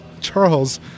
Charles